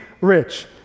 rich